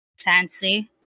fancy